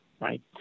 right